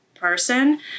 person